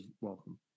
welcome